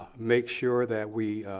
ah make sure that we